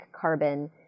carbon